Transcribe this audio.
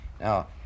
Now